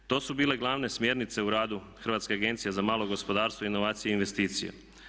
To su bile glavne smjernice u radu Hrvatske agencije za malo gospodarstvo, inovacije i investicije.